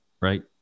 right